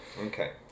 Okay